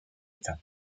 état